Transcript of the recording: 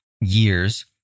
years